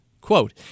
quote